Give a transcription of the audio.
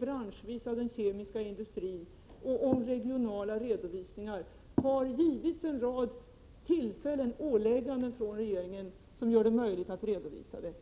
branschvis av den kemiska industrin och om regionala redovisningar har givits en rad tillfällen och ålägganden från regeringen som gör det möjligt att redovisa detta.